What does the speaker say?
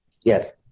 yes